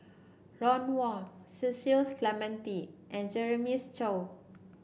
Ron Wong Cecil Clementi and Jeremiah Choy